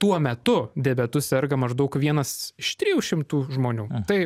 tuo metu diabetu serga maždaug vienas iš trijų šimtų žmonių tai